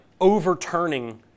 overturning